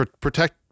protect